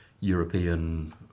European